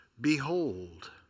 Behold